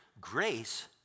Grace